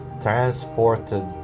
transported